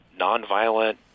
nonviolent